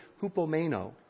hupomeno